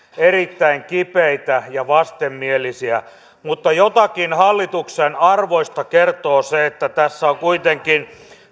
erittäin kipeitä ja vastenmielisiä mutta jotakin hallituksen arvoista kertoo se että tässä on kuitenkin